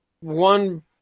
one